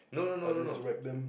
I just wreck them